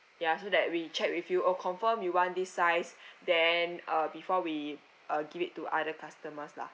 ya so that we check with you or confirm you want this size then uh before we uh give it to other customers lah